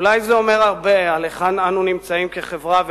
אולי זה אומר הרבה על היכן אנו נמצאים כחברה וכאומה,